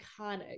iconic